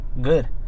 good